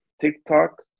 TikTok